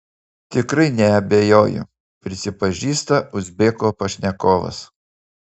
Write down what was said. tikrai neabejoju prisipažįsta uzbeko pašnekovas